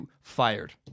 fired